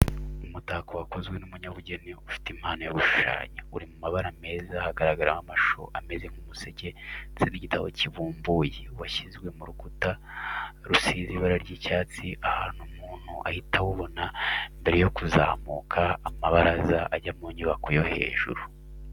Umutako wakozwe n'umunyabugeni ufite impano yo gushushanya, uri mu mabara meza hagaragaramo amashusho ameze nk'uduseke ndetse n'igitabo kibumbuye, washyizwe ku rukuta rusize ibara ry'icyatsi ahantu umuntu ahita awubona mbere yo kuzamuka amabaraza ajya mu nyubako yo hejuru.